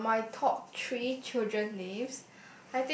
uh my top three children names